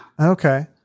Okay